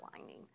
lining